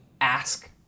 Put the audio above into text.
ask